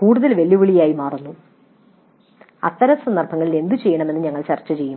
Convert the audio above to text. കൂടുതൽ വെല്ലുവിളിയായി മാറുന്നു അത്തരം സന്ദർഭങ്ങളിൽ എന്തു ചെയ്യണമെന്ന് ഞങ്ങൾ ചർച്ച ചെയ്യും